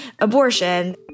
abortion